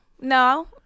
No